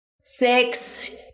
six